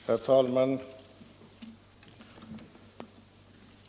Herr talman!